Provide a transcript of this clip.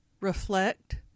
Reflect